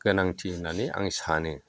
गोनांथि होननानै आं सानो